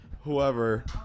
whoever